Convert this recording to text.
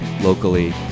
locally